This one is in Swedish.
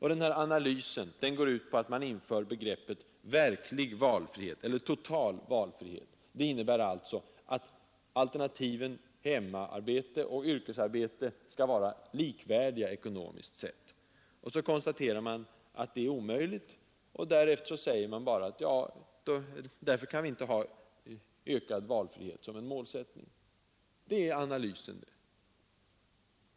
Huvudgreppet i denna analys är att man inför begreppet ”verklig” eller ”total” valfrihet, som innebär att alternativen hemarbete och yrkesarbete skall vara ekonomiskt likvärdiga. Man konstaterar sedan att detta är en omöjlighet och drar därav slutsatsen att man inte kan ha ökad valfrihet som målsättning.